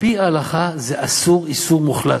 שעל-פי ההלכה זה אסור איסור מוחלט.